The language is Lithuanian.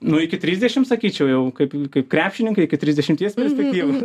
nu iki trisdešim sakyčiau jau kaip kaip krepšininkai iki trisdešimies perspektyvos